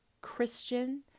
Christian